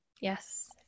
Yes